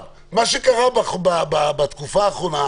מה שקרה בתקופה האחרונה,